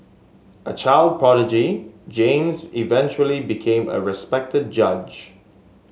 a child prodigy James eventually became a respected judge